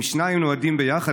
אם שניים נועדים ביחד,